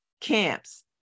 camps